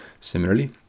Similarly